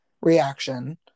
reaction